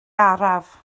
araf